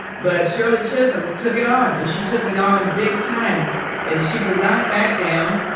but shirley chisholm took it on and she took it on big time and she would not back down.